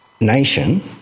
nation